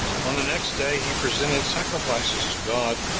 on the next day he presented sacrifices to god,